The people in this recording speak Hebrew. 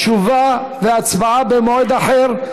תשובה והצבעה במועד אחר.